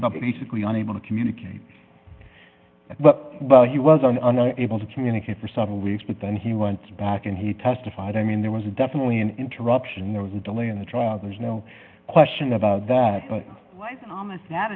about basically unable to communicate but he was on able to communicate for several weeks but then he went back and he testified i mean there was definitely an interruption there was a delay in the trial there's no question about that